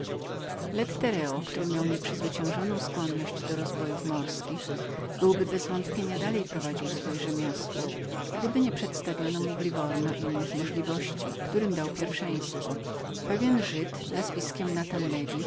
lettereo który miał nieprzezwyciężoną skłonność do rozbojów morskich byłby bezwątpienia dalej prowadził swoje rzemiosło gdyby nie przedstawiono mu w liwurno nowych zamiarów którym dał pierwszeństwo niejaki żyd nazwiskiem natan lewi